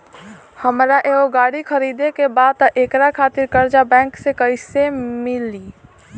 हमरा एगो गाड़ी खरीदे के बा त एकरा खातिर कर्जा बैंक से कईसे मिली?